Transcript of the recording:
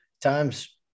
times